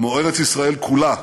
כמו ארץ ישראל כולה,